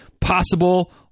possible